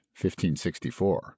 1564